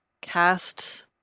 Cast